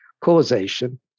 causation